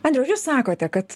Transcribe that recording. andriau ar jūs sakote kad